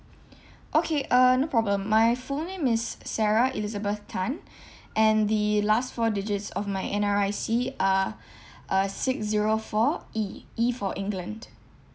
okay uh no problem my full name is sarah elizabeth tan and the last four digits of my N_R_I_C uh uh six zero four E E for england